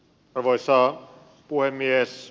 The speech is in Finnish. arvoisa puhemies